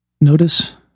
notice